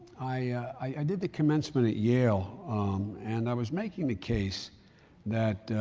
i, i did the commencement at yale and i was making the case that,